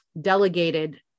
delegated